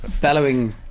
bellowing